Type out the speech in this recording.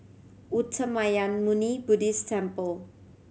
Uttamayanmuni Buddhist Temple